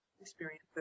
experience